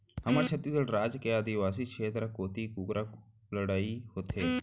हमर छत्तीसगढ़ राज के आदिवासी छेत्र कोती कुकरा लड़ई होथे